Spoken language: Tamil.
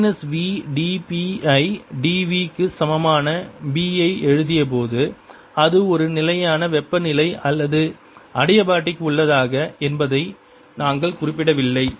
minus v dp by dv க்கு சமமான B ஐ எழுதியபோது அது ஒரு நிலையான வெப்பநிலை அல்லது அடிபயாடிக் உள்ளதா என்பதை நாங்கள் குறிப்பிடவில்லை